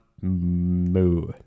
moo